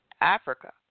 Africa